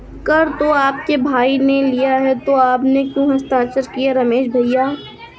कर तो आपके भाई ने लिया है तो आपने क्यों हस्ताक्षर किए रमेश भैया?